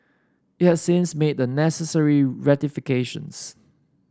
it has since made the necessary rectifications